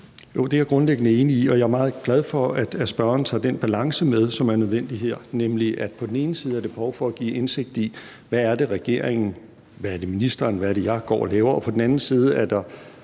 det er jeg grundlæggende enig i, og jeg er meget glad for, at spørgeren tager den balance med, som er nødvendig her, nemlig at der på den ene side er behov for at give indsigt i, hvad regeringen, hvad ministeren, hvad jeg går og laver, og at der på den anden side